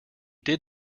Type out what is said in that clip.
did